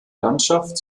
landschaft